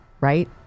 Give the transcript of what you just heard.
right